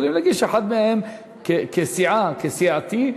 יכולים להגיש, אחד מהם, כסיעה, כסיעתי,